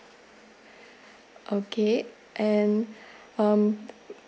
okay and um